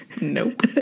Nope